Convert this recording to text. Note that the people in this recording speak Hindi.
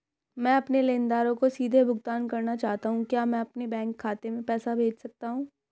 मैं अपने लेनदारों को सीधे भुगतान करना चाहता हूँ क्या मैं अपने बैंक खाते में पैसा भेज सकता हूँ?